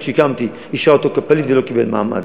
שהקמתי אישרה אותו כפליט ולא קיבל מעמד.